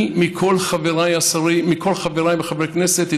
אני מכל חבריי חברי הכנסת?